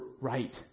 right